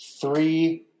three